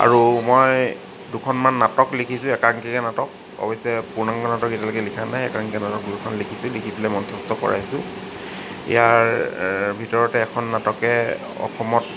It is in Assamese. আৰু মই দুখনমান নাটক লিখিছোঁ একাংকিকা নাটক অৱশ্যে পূৰ্ণাংগ নাটক এতিয়ালৈকে লিখা নাই একাংকিকা নাটক দুই এখন লিখিছোঁ লিখি পেলাই মঞ্চস্থ কৰাইছোঁ ইয়াৰ ভিতৰতে এখন নাটকে অসমত